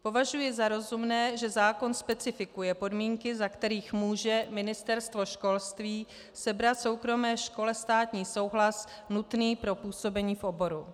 Považuji za rozumné, že zákon specifikuje podmínky, za kterých může Ministerstvo školství sebrat soukromé škole státní souhlas nutný pro působení v oboru.